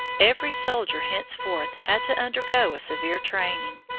every soldier henceforth had to undergo a severe training.